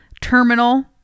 Terminal